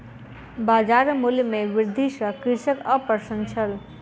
बजार मूल्य में वृद्धि सॅ कृषक अप्रसन्न छल